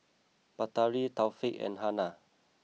Batari Taufik and Hana